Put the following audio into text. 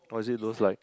or is it those like